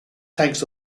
tanks